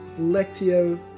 Lectio